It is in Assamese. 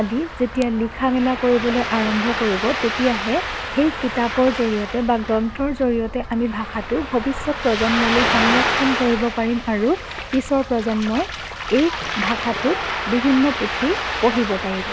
আদি যেতিয়া লিখা মেলা কৰিবলৈ আৰম্ভ কৰিব তেতিয়াহে সেই কিতাপৰ জৰিয়তে বা গ্ৰন্থৰ জৰিয়তে আমি ভাষাটো ভৱিষ্যত প্ৰজন্মলৈ সংৰক্ষণ কৰিব পাৰিম আৰু পিছৰ প্ৰজন্মই এই ভাষাটোত বিভিন্ন পুথি পঢ়িব পাৰিব